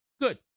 good